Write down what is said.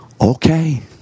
Okay